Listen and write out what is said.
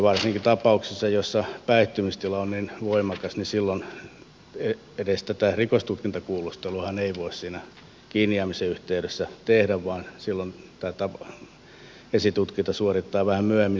varsinkin tapauksissa joissa päihtymystila on voimakas edes tätä rikostutkintakuulustelua ei voi siinä kiinni jäämisen yhteydessä tehdä vaan silloin esitutkinta suoritetaan vähän myöhemmin